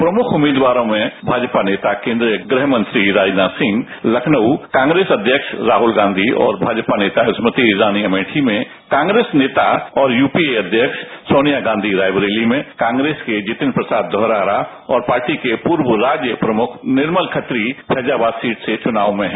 प्रमुख उम्मीदवारों में भाजपा नेता केंद्रीय गृहमंत्री राजनाथ सिंह लखनऊ कांग्रेस अध्यक्ष राहुल गांवी और भाजपा नेता स्मृति ईरानी अमेठी में कांग्रेस नेता और यूपीए अध्यक्ष सोनिया गांधी रायबरेली में कांग्रेस के जितिन प्रसाद धौरहरा और पार्टी के पूर्व राज्य प्रमुख निर्मत खत्री फैजाबाद सीट से चुनाव में है